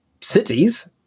cities